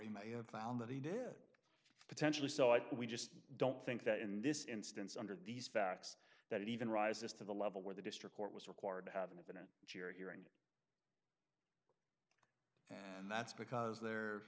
he may have found that he did potentially so i we just don't think that in this instance under these facts that even rises to the level where the district court was required to have an event you're hearing it and that's because they're